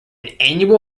annual